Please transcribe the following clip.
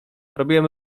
robiłem